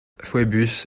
phœbus